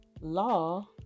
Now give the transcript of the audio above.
law